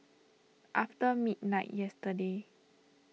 after midnight yesterday